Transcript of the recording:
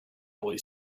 boy